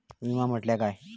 विमा म्हटल्या काय?